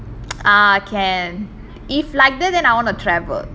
ah can if like then I want to travel